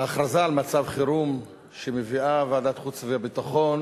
ההכרזה על מצב חירום שמביאה ועדת החוץ והביטחון